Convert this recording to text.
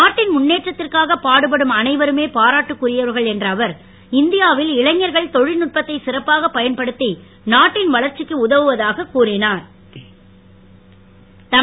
நாட்டின் முன்னேற்றத்திற்காக பாடுபடும் அனைவருமே பாராட்டுக்குரியவர்கள் என்ற அவர் இந்தியாவில் இளைஞர்கள் தொழில்நுட்பத்தை சிறப்பாகப் பயன்படுத்தி நாட்டின் வளர்ச்சிக்கு உதவுவதாகக் கூறிஞர்